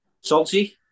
salty